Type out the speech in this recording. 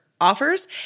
offers